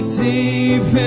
deep